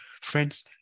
friends